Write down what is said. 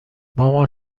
مامان